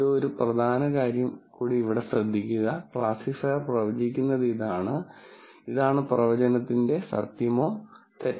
ഒരു പ്രധാന കാര്യം ശ്രദ്ധിക്കുക ക്ലാസിഫയർ പ്രവചിക്കുന്നത് ഇതാണ് ഇതാണ് പ്രവചനത്തിന്റെ സത്യമോ തെറ്റോ